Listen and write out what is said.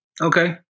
Okay